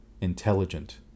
intelligent